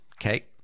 Okay